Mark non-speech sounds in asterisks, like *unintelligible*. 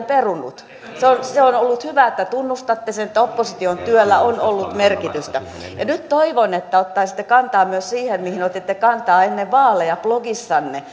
*unintelligible* perunut se on se on ollut hyvä että tunnustatte sen että opposition työllä on ollut merkitystä ja nyt toivon että ottaisitte kantaa myös siihen mihin otitte kantaa ennen vaaleja blogissanne *unintelligible*